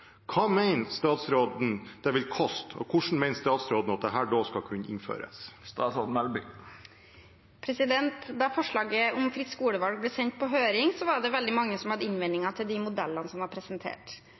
Hva mener statsråden det vil koste, og hvordan mener statsråden at dette skal kunne innføres? Da forslaget om fritt skolevalg ble sendt på høring, var det veldig mange som hadde